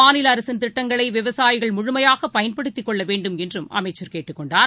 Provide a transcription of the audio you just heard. மாநிலஅரசின் திட்டங்களைவிவசாயிகள் முழுமையாகபயன்படுத்திக் கொள்ளவேண்டும் என்றும் அமைச்சர் கேட்டுக் கொண்டார்